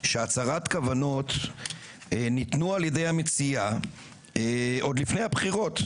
שהצהרת כוונות ניתנו על-ידי המציע עוד לפני הבחירות,